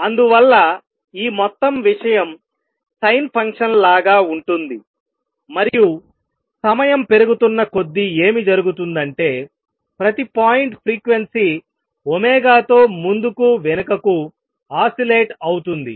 అందువల్ల ఈ మొత్తం విషయం సైన్ ఫంక్షన్ లాగా ఉంటుంది మరియు సమయం పెరుగుతున్న కొద్దీ ఏమి జరుగుతుందంటే ప్రతి పాయింట్ ఫ్రీక్వెన్సీ తో ముందుకు వెనుకకు ఆసిలేట్ అవుతుంది